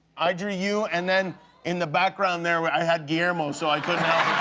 i drew you, and then in the background there but i had guillermo, so i couldn't